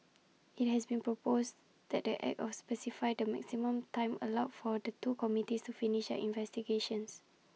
IT has been proposed that the act specify the maximum time allowed for the two committees to finish their investigations